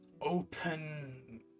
open